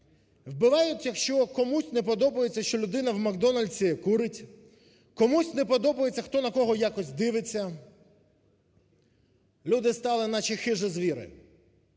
Вбивають, якщо комусь не подобається, що людина в "Макдональдсі" курить. Комусь не подобається, хто на кого якось дивиться. Люди стали наче хижі звірі.